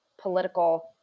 political